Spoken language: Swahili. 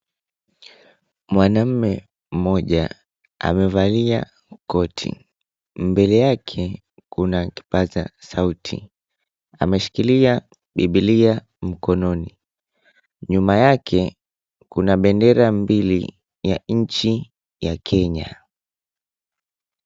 Mwanaume mmoja amevalia koti. Mbele yake kuna kipaza sauti. Ameshikilia bibilia mkononi. Nyuma yake kuna bendera mbili ya nchi ya kenya